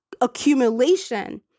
accumulation